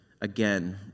again